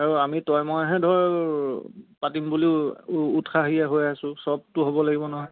আৰু আমি তই মইহে ধৰ পাতিম বুলিয়ে উৎসাহী হৈ আছোঁ চবটো হ'ব লাগিব নহয়